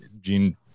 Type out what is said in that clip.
gene